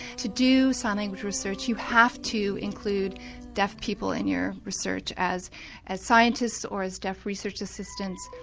to do sign language research you have to include deaf people in your research as as scientists or as deaf research assistants,